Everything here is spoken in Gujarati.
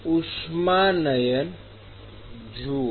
ઉષ્માનાયન જુઓ